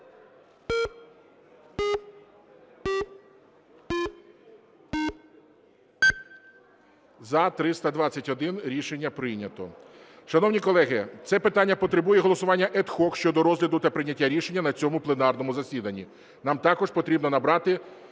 За-321 Рішення прийнято. Шановні колеги, це питання потребує голосування ad hoc щодо розгляду та прийняття рішення на цьому пленарному засіданні.